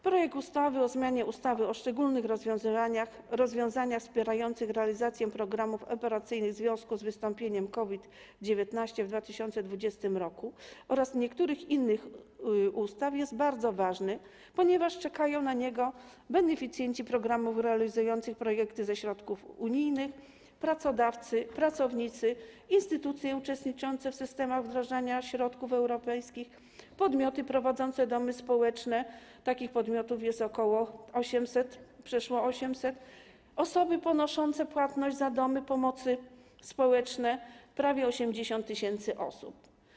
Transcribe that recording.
Projekt ustawy o zmianie ustawy o szczególnych rozwiązaniach wspierających realizację programów operacyjnych w związku z wystąpieniem COVID-19 w 2020 r. oraz niektórych innych ustaw jest bardzo ważny, ponieważ czekają na niego beneficjenci programów realizujących projekty ze środków unijnych, pracodawcy, pracownicy, instytucje uczestniczące w systemach wdrażania środków europejskich, podmioty prowadzące domy społeczne, a takich podmiotów jest przeszło 800, osoby ponoszące płatność za społeczne domy pomocy, czyli prawie 80 tys. osób.